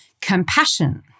compassion